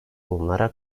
bunlara